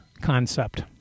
concept